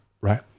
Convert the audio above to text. right